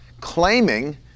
claiming